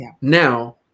now